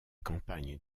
campagne